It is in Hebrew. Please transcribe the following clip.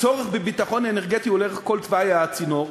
הצורך בביטחון אנרגטי הוא לאורך כל תוואי הצינור,